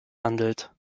handelt